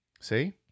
See